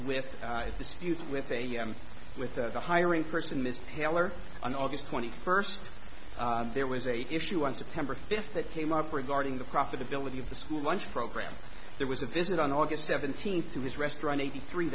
student with a with the hiring person ms taylor on august twenty first there was a issue on september fifth that came up regarding the profitability of the school lunch program there was a visit on aug seventeenth to his restaurant eighty three